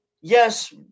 yes